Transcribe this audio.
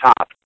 top